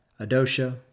Adosha